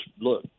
look